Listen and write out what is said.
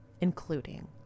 including